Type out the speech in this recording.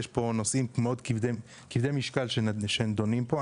יש פה נושאים מאוד כבדי משקל שנידונים פה,